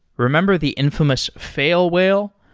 remember the infamous fail whale?